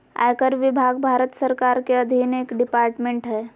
आयकर विभाग भारत सरकार के अधीन एक डिपार्टमेंट हय